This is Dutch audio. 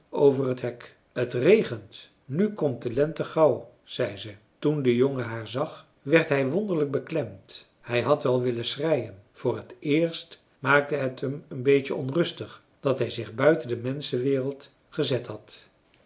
over het hek het regent nu komt de lente gauw zei ze toen de jongen haar zag werd hij wonderlijk beklemd hij had wel willen schreien voor het eerst maakte het hem een beetje onrustig dat hij zich buiten de menschenwereld gezet had